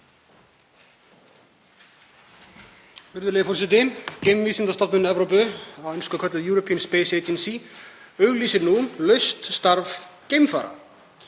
Virðulegur forseti. Geimvísindastofnun Evrópu, á ensku kölluð European Space Agency, auglýsir nú laust starf geimfara.